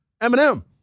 Eminem